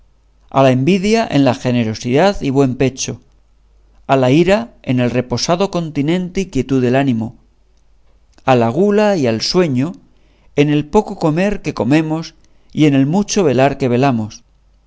a la envidia en la generosidad y buen pecho a la ira en el reposado continente y quietud del ánimo a la gula y al sueño en el poco comer que comemos y en el mucho velar que velamos